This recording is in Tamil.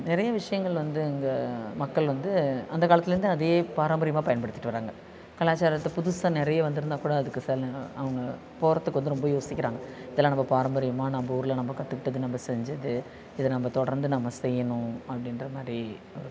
நிறைய விஷயங்கள் வந்து இங்கே மக்கள் வந்து அந்த காலத்துலேருந்து அதையே பாரம்பரியமாக பயன்படுத்திட்டு வர்றாங்க கலாச்சாரத்தில் புதுசாக நிறையா வந்துருந்தால் கூட அதுக்கு சில நேரம் அவங்க போகிறத்துக்கு வந்து ரொம்ப யோசிக்கிறாங்க இதெல்லாம் நம்ம பாரம்பரியாமாக நம்ம ஊரில் நம்ம கற்றுக்கிட்டது நம்ம செஞ்சது இதை நம்ம தொடர்ந்து நம்ம செய்யணும் அப்படின்ற மாதிரி ஒரு